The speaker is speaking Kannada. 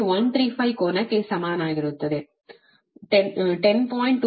135 ಕೋನಕ್ಕೆ ಸಮನಾಗಿರುತ್ತದೆ 10